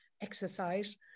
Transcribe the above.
exercise